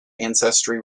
ancestry